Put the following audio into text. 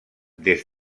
des